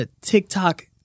TikTok